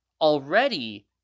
already